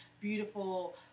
beautiful